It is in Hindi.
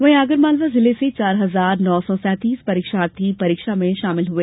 वहीं आगरमालवा जिले से चार हजार नो सौ सेंतीस परीक्षार्थी परीक्षा में शामिल हुए